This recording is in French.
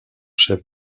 chef